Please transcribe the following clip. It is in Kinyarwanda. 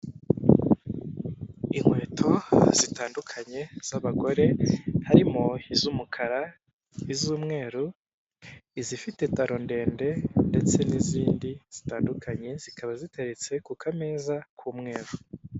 Inkweto zitandukanye z'abagore harimo iz'umukara iz'umweru izifite taro ndende ndetse n'izindi zitandukanye zikaba ziteretse ku kameza k'umweru.